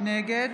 נגד